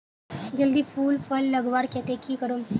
जल्दी फूल फल लगवार केते की करूम?